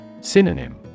Synonym